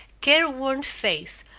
care-worn face,